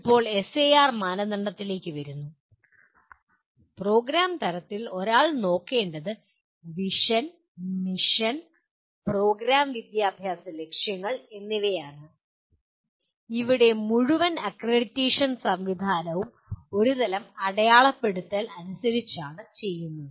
ഇപ്പോൾ എസ്എആർ മാനദണ്ഡത്തിലേക്ക് വരുന്നു പ്രോഗ്രാം തലത്തിൽ ഒരാൾ നോക്കേണ്ടത് വിഷൻ മിഷൻ പ്രോഗ്രാം വിദ്യാഭ്യാസ ലക്ഷ്യങ്ങൾ എന്നിവയാണ് ഇവിടെ മുഴുവൻ അക്രഡിറ്റേഷൻ സംവിധാനവും ഒരുതരം അടയാളപ്പെടുത്തൽ അനുസരിച്ചാണ് ചെയ്യുന്നത്